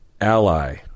ally